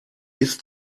ist